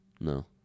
No